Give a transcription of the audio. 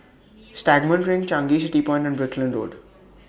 Stagmont Ring Changi City Point and Brickland Road